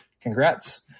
Congrats